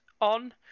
on